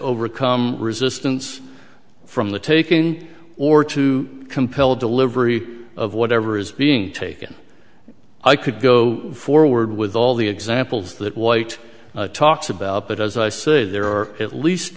overcome resistance from the taking or to compel delivery of whatever is being taken i could go forward with all the examples that white talks about but as i say there are at least